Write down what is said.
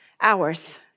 hours